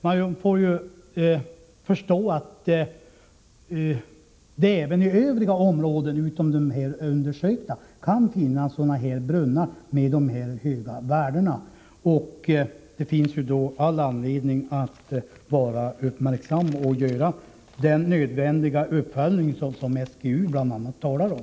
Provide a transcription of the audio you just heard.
Man måste ju räkna med att det även i andra områden än de nu undersökta kan finnas brunnar med höga halter av arsenik, och det finns också mot den bakgrunden all anledning att vara uppmärksam och att göra den nödvändiga uppföljning som bl.a. SGU talar om.